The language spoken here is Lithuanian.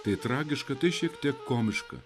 tai tragiška tai šiek tiek komiška